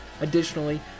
Additionally